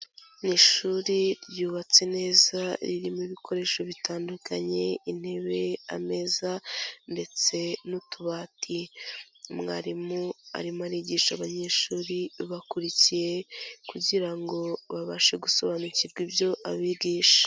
Ishuri ryubatse neza ririmo ibikoresho bitandukanye intebe, ameza, ndetse n'utubati. Umwarimu arimo arigisha abanyeshuri bakurikiye kugirango babashe gusobanukirwa ibyo abigisha.